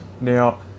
Now